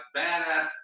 badass